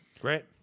Great